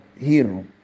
hero